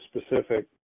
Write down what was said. specific